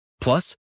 Plus